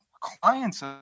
clients